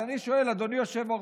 אז אני שואל, אדוני היושב-ראש,